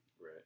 Right